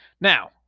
Now